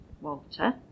Walter